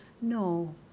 No